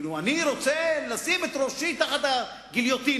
כאילו אני רוצה לשים את ראשי תחת הגיליוטינה.